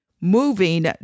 moving